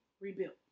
rebuilt